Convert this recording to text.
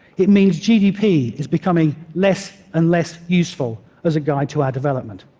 it means gdp is becoming less and less useful as a guide to our development.